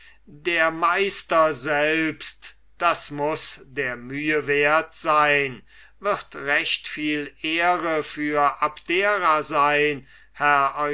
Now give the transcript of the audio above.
der meister selbst das muß der mühe wert sein wird recht viel ehre für abdera sein herr